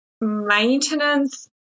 maintenance